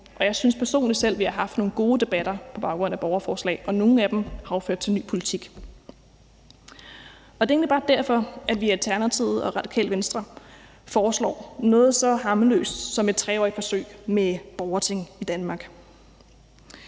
jeg synes personligt, at vi har haft nogle gode debatter på baggrund af borgerforslag, og nogle af dem har jo ført til ny politik. Det er egentlig bare derfor, at vi i Alternativet og Radikale Venstre foreslår noget så harmløst som et 3-årigt forsøg med borgerting i Danmark.